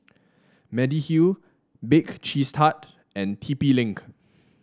Mediheal Bake Cheese Tart and T P Link